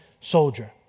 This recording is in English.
soldier